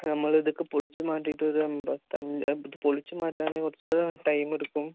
നമ്മള് ഇതൊക്കെ പൊളിച്ചു മാറ്റിട്ട് ഇതെന്താക്കാൻ ഇത് പൊളിച്ചു മാറ്റാന് കുറച്ച് ടൈമ് എടുക്കും